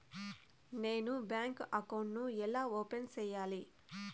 నేను bank account ను ఎలా ఓపెన్ సేయాలి?